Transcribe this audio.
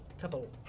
couple